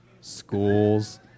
schools